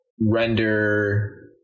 render